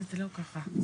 זה לא ככה.